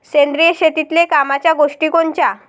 सेंद्रिय शेतीतले कामाच्या गोष्टी कोनच्या?